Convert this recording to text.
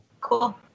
Cool